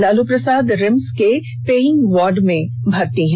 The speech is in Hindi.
लालू प्रसाद रिम्स के पेइंग वार्ड में भर्ती हैं